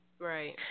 Right